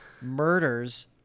murders